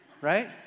Right